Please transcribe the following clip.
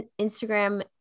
Instagram